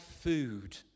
food